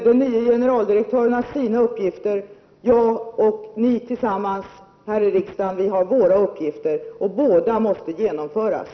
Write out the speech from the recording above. Den nya generaldirektören har sina uppgifter, jag och riksdagens ledamöter har tillsammans våra uppgifter, och båda måste genomföras.